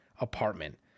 apartment